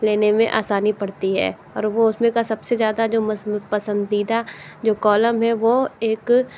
लेने में आसानी पड़ती है और वह उसमें का सबसे ज़्यादा जो पसंदीदा जो कॉलम है वह एक